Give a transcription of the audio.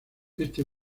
este